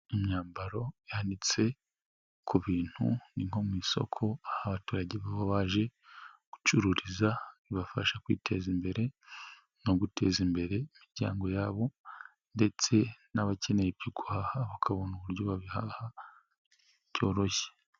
Imyambaro ihanitse, ku bintu ni nko mu isoko aho abaturage baba baje, gucururiza bibafasha kwiteza imbere, no guteza imbere imiryango yabo, ndetse n'abakeneye ibyo guhaha bakabona uburyo babihaha, byoroshye.